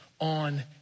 on